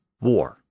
war